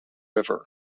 river